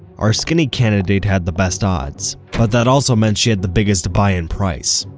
our skinny candidate had the best odds, but that also meant she had the biggest buy-in price.